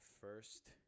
first